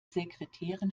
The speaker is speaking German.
sekretärin